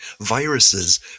viruses